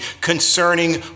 concerning